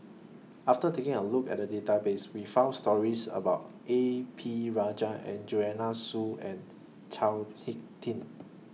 after taking A Look At The Database We found stories about A P Rajah Joanne Soo and Chao Hick Tin